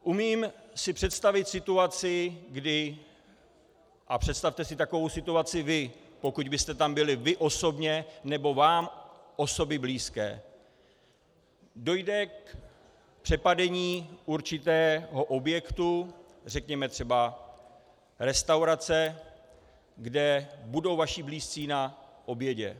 Umím si představit situaci, kdy a představte si takovou situaci vy, pokud byste tam byli vy osobně nebo vám osoby blízké dojde k přepadení určitého objektu, řekněme třeba restaurace, kde budou vaši blízcí na obědě.